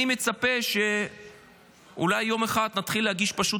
אני מצפה שאולי יום אחד נתחיל להגיש פשוט